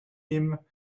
him